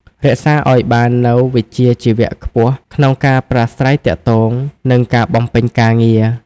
រក្សាអោយបាននូវវិជ្ជាជីវៈខ្ពស់ក្នុងការប្រាស្រ័យទាក់ទង និងការបំពេញការងារ។